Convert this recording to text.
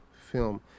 film